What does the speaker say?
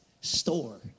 store